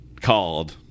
called